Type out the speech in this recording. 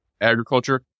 agriculture